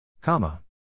Comma